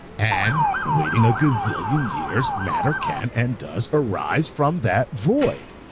and waiting a gazillion years, matter can and does arise from that void.